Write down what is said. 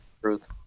truth